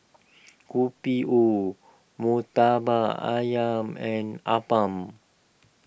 Kopi O Murtabak Ayam and Appam